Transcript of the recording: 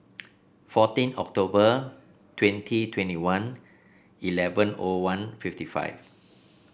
fourteen October twenty twenty one eleven O one fifty five